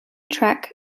track